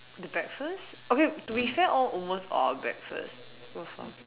the breakfast okay to be fair all almost all breakfast were